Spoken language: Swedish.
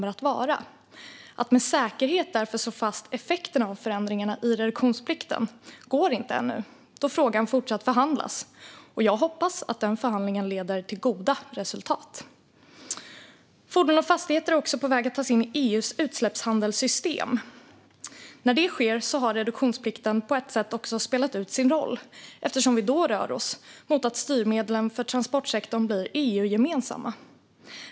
Eftersom frågan fortfarande förhandlas går det inte att med säkerhet slå fast effekten av förändringarna i reduktionsplikten ännu. Jag hoppas att den förhandlingen ska leda till goda resultat. Fordon och fastigheter är också på väg att tas in i EU:s utsläppshandelssystem. När det sker har reduktionsplikten på ett sätt spelat ut sin roll, eftersom vi då rör oss mot att styrmedlen för transportsektorn blir EU-gemensamma.